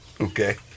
Okay